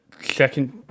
second